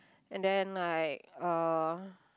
and then like uh